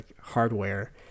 hardware